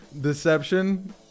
Deception